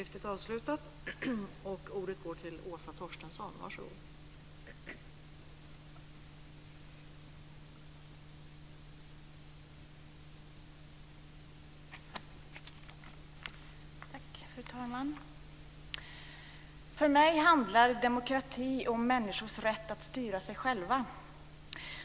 Fru talman! För mig handlar demokrati om människors rätt att styra sig själva.